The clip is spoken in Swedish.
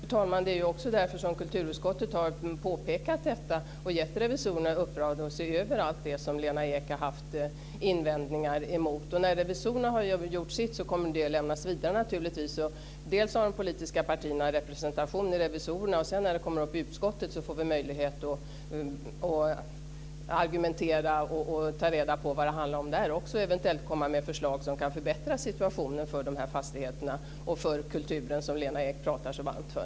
Fru talman! Det är också därför som kulturutskottet har påpekat detta och gett revisorerna i uppdrag att se över allt det som Lena Ek har haft invändningar emot. När revisorerna har gjort sitt kommer resultatet naturligtvis att lämnas vidare. De politiska partierna har representation bland revisorerna, och sedan när ärendet kommer upp i utskottet får vi möjlighet att argumentera och ta reda på vad det handlar om där och eventuellt lägga fram förslag som kan förbättra situationen för fastigheterna och kulturen som Lena Ek pratar så varmt för.